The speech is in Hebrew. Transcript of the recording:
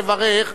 לברך,